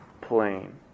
plane